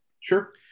Sure